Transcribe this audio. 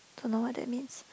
don't know what that means